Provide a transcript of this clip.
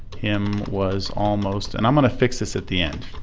him was almost and i'm going to fix this at the end